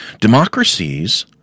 Democracies